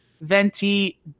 venti